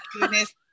goodness